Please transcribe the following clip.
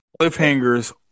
Cliffhangers